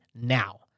now